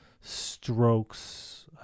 strokes